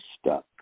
stuck